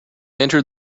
entered